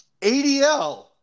ADL